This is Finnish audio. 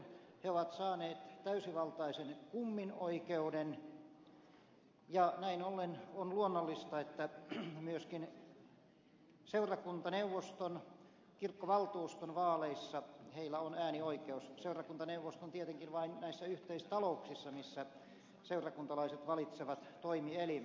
he ovat saaneet täysivaltaisen kummin oikeuden ja näin ollen on luonnollista että myöskin seurakuntaneuvoston kirkkovaltuuston vaaleissa heillä on äänioikeus seurakuntaneuvoston tietenkin vain näissä yhteistalouksissa missä seurakuntalaiset valitsevat toimielimen